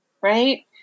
right